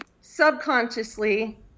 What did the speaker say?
subconsciously